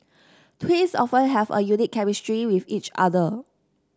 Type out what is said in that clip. twins often have a unique chemistry with each other